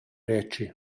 reči